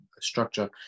structure